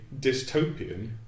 dystopian